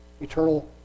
eternal